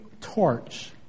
torch